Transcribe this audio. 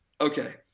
Okay